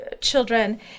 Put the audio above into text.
children